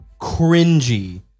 Cringy